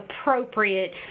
appropriate